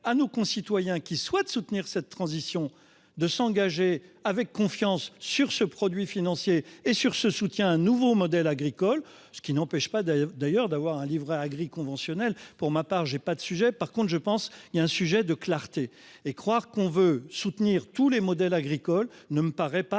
à nos concitoyens qui souhaitent soutenir cette transition, de s'engager avec confiance sur ce produit financier et sur ce soutien un nouveau modèle agricole ce qui n'empêche pas d'ailleurs d'ailleurs d'avoir un livret A grille conventionnelle pour ma part, j'ai pas de sujet. Par contre je pense il y a un sujet de clarté et croire qu'on veut soutenir tous les modèles agricoles ne me paraît pas